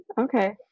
Okay